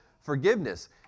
forgiveness